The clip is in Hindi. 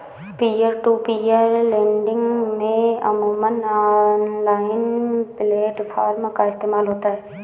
पीयर टू पीयर लेंडिंग में अमूमन ऑनलाइन प्लेटफॉर्म का इस्तेमाल होता है